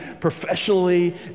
professionally